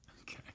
Okay